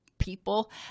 people